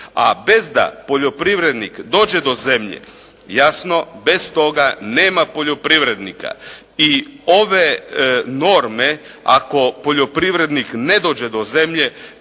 a bez da poljoprivrednik dođe do zemlje, jasno bez toga nema poljoprivrednika i ove norme ako poljoprivrednik ne dođe do zemlje